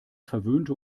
verwöhnte